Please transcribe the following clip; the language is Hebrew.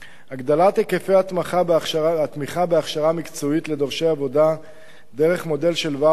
הגדלת היקפי התמיכה בהכשרה מקצועית לדורשי עבודה דרך מודל של ואוצ'רים,